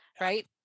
right